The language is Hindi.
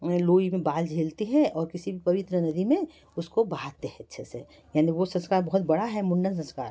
लोई में बाल झेलती है और किसी पवित्र नदी में उसको बहाते हैं अच्छे से यानी वो संस्कार बहुत बड़ा है मुंडन संस्कार